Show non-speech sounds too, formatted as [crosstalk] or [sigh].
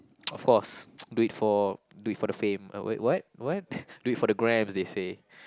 [noise] of course do it for do it for the fame oh wait what what do it for the gram they say